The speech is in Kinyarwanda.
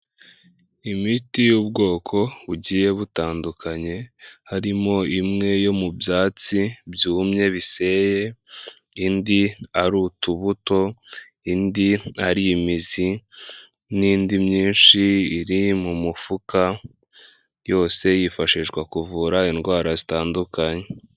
Imiti y'ubwoko bugiye butandukanye, harimo imwe yo mu byatsi byumye biseye, indi ari utubuto, indi ari imizi, n'indi myinshi iri mu mufuka, yose yifashishwa kuvura indwara zitandukanye.